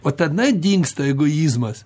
o tada dingsta egoizmas